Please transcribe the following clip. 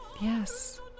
Yes